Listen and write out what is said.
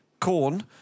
corn